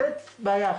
זו בעיה אחת.